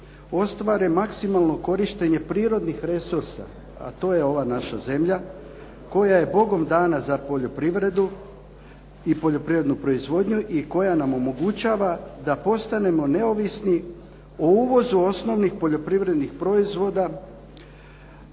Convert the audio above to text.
ostvare maksimalno korištenje prirodnih resursa, a to je ova naša zemlja koja je bogom dana za poljoprivredu i poljoprivrednu proizvodnju i koja nam omogućava da postanemo neovisni o uvozu osnovnih poljoprivrednih proizvoda.